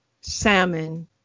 salmon